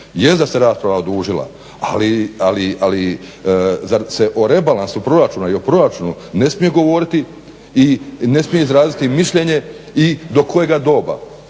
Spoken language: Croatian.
da se rasprava odužila, ali zar se o rebalansu proračuna i o proračunu ne smije govoriti i ne smije izraziti mišljenje i do kojega doba.